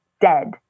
dead